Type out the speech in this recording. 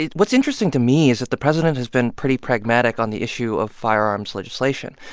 yeah what's interesting to me is that the president has been pretty pragmatic on the issue of firearms legislation.